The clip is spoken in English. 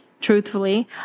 Truthfully